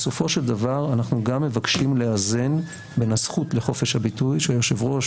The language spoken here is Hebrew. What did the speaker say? בסופו של דבר אנחנו גם מבקשים לאזן בין הזכות לחופש הביטוי שהיושב-ראש